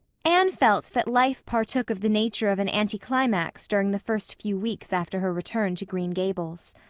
anne felt that life partook of the nature of an anticlimax during the first few weeks after her return to green gables.